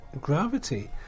Gravity